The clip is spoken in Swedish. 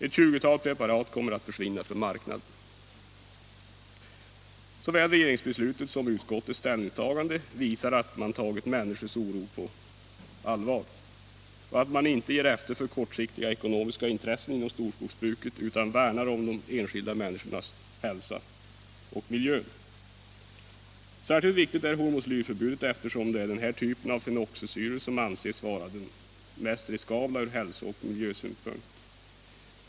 Ett 20-tal preparat kommer att försvinna från marknaden. Såväl regeringsbeslutet som utskottets ställningstagande visar att man tagit människors oro på allvar och att man inte ger efter för kortsiktiga ekonomiska intressen inom storskogsbruket utan värnar om de enskilda människornas hälsa och miljö. Särskilt viktigt är hormoslyrförbudet, eftersom det är den här typen av fenoxisyror som anses vara den mest riskabla ur hälsooch miljösynpunkt.